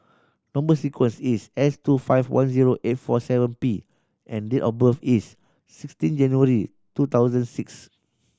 number sequence is S two five one zero eight four seven P and date of birth is sixteen January two thousand six